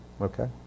Okay